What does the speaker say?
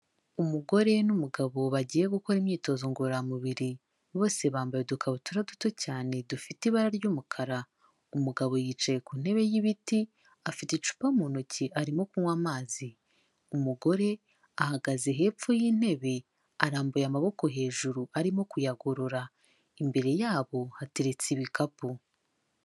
Umugore n'umugabo bagiye gukora imyitozo ngororamubiri, bose bambaye udukabutura duto cyane dufite ibara ry'umukara, umugabo yicaye ku ntebe y'ibiti afite icupa mu ntoki arimo kunywa amazi, umugore ahagaze hepfo y'intebe arambuye amaboko hejuru arimo kuyagorora, imbere yabo hateretse ibikapu.